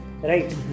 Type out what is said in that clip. right